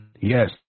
Yes